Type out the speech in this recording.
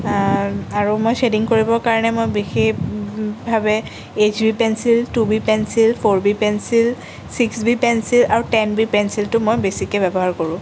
আৰু মই শ্বেডিং কৰিবৰ কাৰণে মই বিশেষভাৱে H B pencil two B pencil four B pencil six B pencil আৰু টেন বি পেঞ্চিলটো মই বেছিকৈ ব্যৱহাৰ কৰোঁ